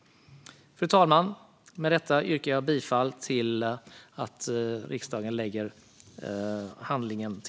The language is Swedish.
Fru talman! Med detta yrkar jag bifall till förslaget.